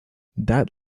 that